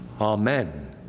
Amen